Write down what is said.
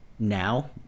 Now